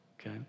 Okay